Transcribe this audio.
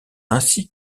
ainsi